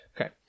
Okay